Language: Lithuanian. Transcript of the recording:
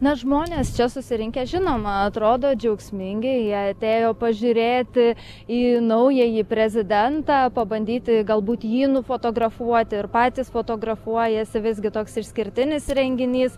na žmonės čia susirinkę žinoma atrodo džiaugsmingi jie atėjo pažiūrėti į naująjį prezidentą pabandyti galbūt jį nufotografuoti ir patys fotografuojasi visgi toks išskirtinis renginys